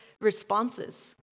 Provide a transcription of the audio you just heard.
responses